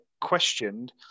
questioned